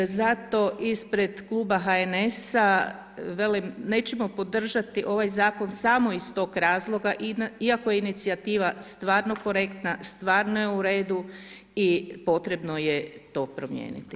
Zato ispred kluba HNS-a velim nećemo podržati ovaj zakon samo iz tog razloga iako je inicijativa stvarno korektna, stvarno je uredu i potrebno je to promijeniti.